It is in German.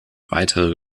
weitere